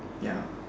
ya